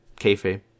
kayfabe